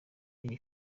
iyi